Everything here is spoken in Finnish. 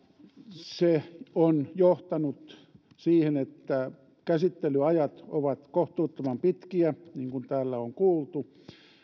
se on johtanut siihen että käsittelyajat ovat kohtuuttoman pitkiä niin kuin täällä on kuultu